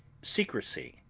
secrecy,